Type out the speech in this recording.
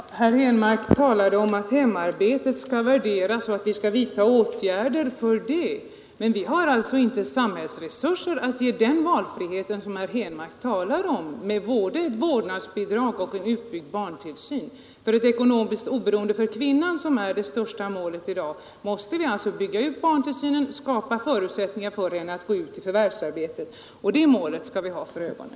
Herr talman! Herr Henmark talade om att hemarbetet skall värderas och att vi skall vidta åtgärder för det. Men vi har inte samhällsresurser att ge den borgerliga valfrihet som herr Henmark talar om med både vårdnadsbidrag och en utbyggd barntillsyn. För att åstadkomma ett oberoende för kvinnan, som är det största målet i dag, måste vi bygga ut barntillsynen och skapa förutsättningar för henne att gå ut i förvärvsarbete. Det målet skall vi ha för ögonen.